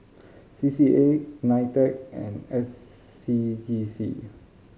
C C A NITEC and S C G C